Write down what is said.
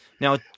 now